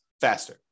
faster